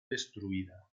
destruida